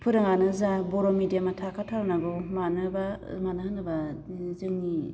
फोरोंआनो जा बर' मेडियामआ थाखाथारनांगौ मानोबा मानो होनोबा जोंनि